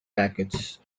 packets